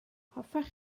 hoffech